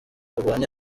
ubuhamya